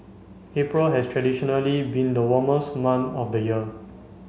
April has traditionally been the warmest month of the year